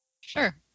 Sure